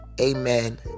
amen